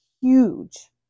huge